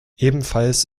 ebenfalls